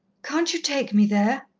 can't you take me there?